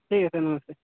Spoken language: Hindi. ठीक है सर नमस्ते